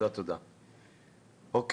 אני